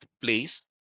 place